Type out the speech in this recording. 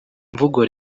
mvugo